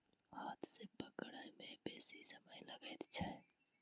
हाथ सॅ पकड़य मे बेसी समय लगैत छै